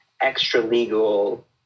extra-legal